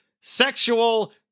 sexual